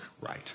right